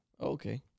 Okay